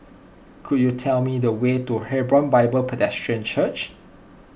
could you tell me the way to Hebron Bible Presbyterian Church